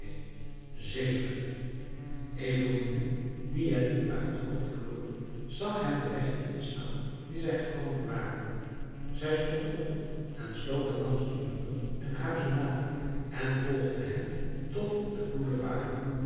zeker eponine die hen niet uit het oog verloor zag hen den weg inslaan dien zij gekomen waren zij stond op en sloop hen langs de muren en de huizen na en volgde hen tot op den boulevard